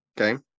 Okay